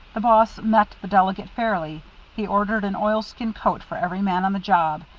the boss met the delegate fairly he ordered an oilskin coat for every man on the job,